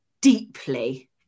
deeply